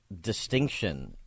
distinction